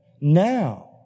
now